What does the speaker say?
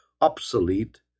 obsolete